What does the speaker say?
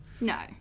No